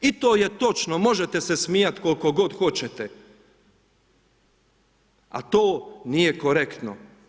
I to je točno, možete se smijati koliko god hoćete ali to nije korektno.